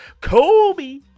Kobe